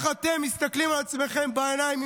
איך אתם מסתכלים לעצמכם בעיניים,